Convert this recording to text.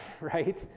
right